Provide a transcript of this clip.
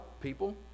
people